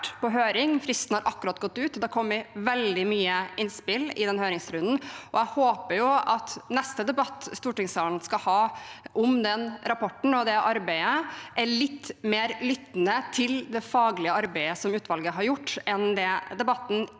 på høring. Fristen har akkurat gått ut. Det har kommet veldig mange innspill i høringsrunden, og jeg håper at neste debatt vi skal ha i stortingssalen om den rapporten og det arbeidet, er litt mer lyttende til det faglige arbeidet utvalget har gjort, enn det debatten